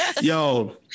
yo